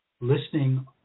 listening